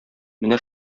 менә